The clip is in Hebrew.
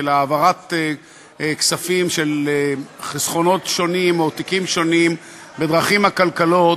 של העברת כספים של חסכונות שונים או תיקים שונים בדרכים עקלקלות